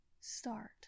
Start